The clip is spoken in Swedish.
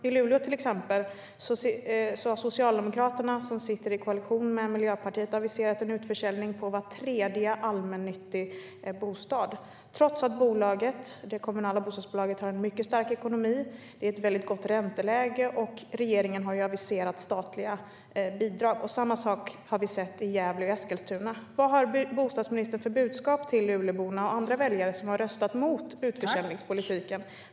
I till exempel Luleå har Socialdemokraterna, som sitter i koalition med Miljöpartiet, aviserat en utförsäljning av var tredje allmännyttig bostad, trots att det kommunala bostadsbolaget har en mycket stark ekonomi, det är ett gott ränteläge och regeringen har aviserat statliga bidrag. Samma sak har vi sett i Gävle och Eskilstuna. Vad har bostadsministern för budskap till Luleborna och andra väljare som har röstat mot utförsäljningspolitiken?